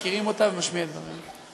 מכירים אותה ומשמיעים את דבריהם.